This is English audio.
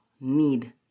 need